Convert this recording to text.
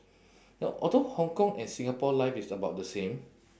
ya although hong kong and singapore life is about the same